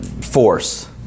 force